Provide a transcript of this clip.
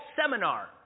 seminar